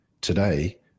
Today